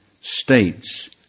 states